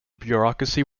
bureaucracy